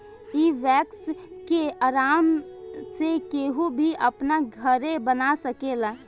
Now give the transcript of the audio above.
इ वैक्स के आराम से केहू भी अपना घरे बना सकेला